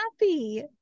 happy